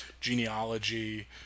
genealogy